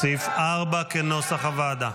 סעיף 4 כנוסח הוועדה.